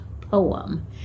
poem